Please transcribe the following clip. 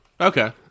Okay